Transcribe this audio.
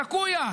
סקויה,